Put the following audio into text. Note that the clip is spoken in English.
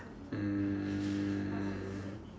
um